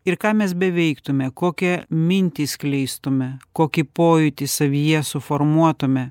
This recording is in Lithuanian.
ir ką mes beveiktume kokią mintį skleistume kokį pojūtį savyje suformuotume